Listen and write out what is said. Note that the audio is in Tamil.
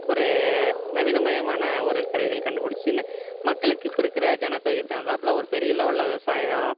ஒரு நவீனமயமான ஒரு கருவிகள் கண்டுபிடிச்சி மக்களுக்கு இப்போ இருக்கிற ஜனத்தொகைக்கு தகுந்தாப்பில் ஒரு பெரிய லெவல்ல விவசாயம்